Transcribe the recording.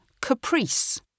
Caprice